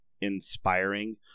inspiring